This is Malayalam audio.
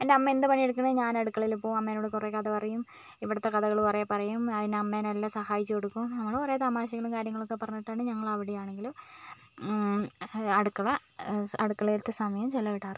എൻ്റെ അമ്മ എന്ത് പണി എടുക്കുന്നുണ്ടെങ്കിലും ഞാൻ അടുക്കളയിൽ പോകും അമ്മേനോട് കുറെ കഥ പറയും ഇവിടുത്തെ കഥകൾ കുറേ പറയും അതിന് അമ്മേനെ എല്ലാം സഹായിച്ചു കൊടുക്കും നമ്മൾ കുറെ തമാശകളും കാര്യങ്ങൾ ഒക്കെ പറഞ്ഞിട്ടാണ് ഞങ്ങൾ അവിടെ ആണെങ്കിലും അടുക്കള അടുക്കളയിലത്തെ സമയം ചിലവിടാറ്